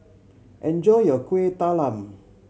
enjoy your Kueh Talam